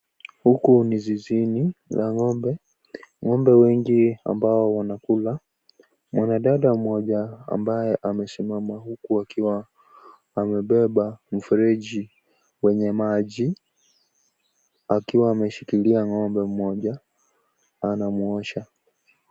Huku ni zizini la ng'ombe, ng'ombe wengi ambao wanakula. Mwanadada mmoja ambaye amesimama huku akiwa amebeba mfereji wenye maji akiwa ameshikilia ng'ombe mmoja anamwosha.